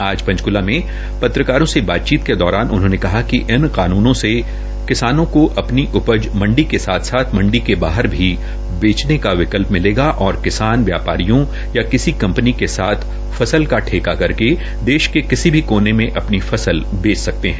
आज पंचकूला में पत्रकारों से बातचीत के दौरान उन्होंने कहा कि इन कानूनों से किसानों को अपनी उपज मंडी के साथ साथ मंडी के बाहर भी बेचने का विकल्प मिलेगा और किसान व्यापारियों या किसी कंपनी के साथ ठेकर करके देश के किसी भी कोने में अपनी फसल बेच सकता है